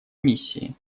миссии